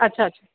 अच्छा अच्छा